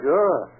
Sure